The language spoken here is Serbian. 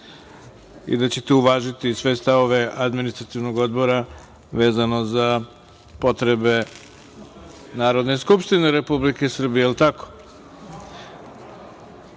i da ćete uvažiti sve stavove Administrativnog odbora, vezano za potrebe Narodne skupštine Republike Srbije. Inače,